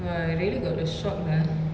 !wah! I really got a shock ah